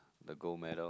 the gold medal